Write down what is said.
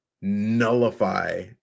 nullify